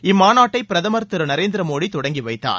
இம்மாநாட்டை பிரதமர் திரு நரேந்திர மோடி தொடங்கி வைத்தார்